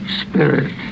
spirit